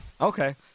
Okay